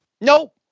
Nope